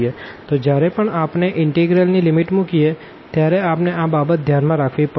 તો જ્યારે પણ આપણે ઇનટેગ્રલ ની લિમિટ મૂકીએ ત્યારે આપણે આ બાબત ધ્યાનમાં રાખવી પડશે